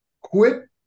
quit